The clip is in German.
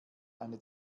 eine